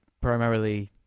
primarily